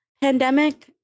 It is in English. pandemic